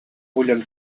bullen